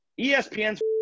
ESPN's